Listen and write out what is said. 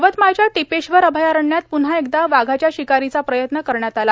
यवतमाळच्या टिपेश्वर अभयारण्यात पुन्हा एकदा वाघाच्या शिकारीचा प्रयत्न करण्यात आला